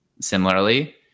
similarly